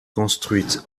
construite